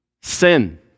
sin